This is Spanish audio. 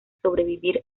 sobrevivir